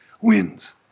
wins